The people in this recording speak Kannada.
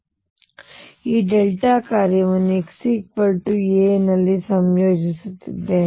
ನಾನು ಈ ಡೆಲ್ಟಾ ಕಾರ್ಯವನ್ನು ಇಲ್ಲಿ x a ನಲ್ಲಿ ಸಂಯೋಜಿಸುತ್ತಿದ್ದೇನೆ